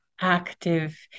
active